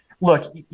look